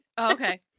Okay